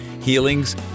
Healings